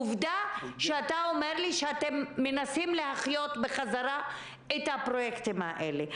עובדה שאתם אומר לי שאתם מנסים להחיות בחזרה את הפרויקטים האלה.